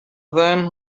then